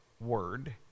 word